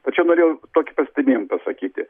tačiau norėjau tokį pastebėjimą pasakyti